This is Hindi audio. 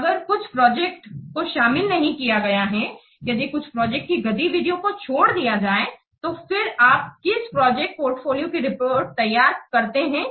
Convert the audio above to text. तो अगर कुछ प्रोजेक्ट को शामिल नहीं किया गया है यदि कुछ प्रोजेक्ट की गतिविधियों को छोड़ दिया जाए तो फिर आप किस प्रोजेक्ट पोर्टफोलियो की रिपोर्ट तैयार करते हैं